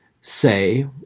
say